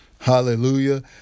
Hallelujah